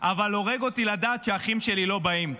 אבל הורג אותי לדעת שהאחים שלי לא באים.